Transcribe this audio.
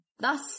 Thus